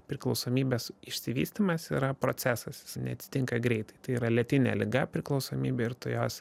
priklausomybės išsivystymas yra procesas jis neatsitinka greitai tai yra lėtinė liga priklausomybė ir tu jos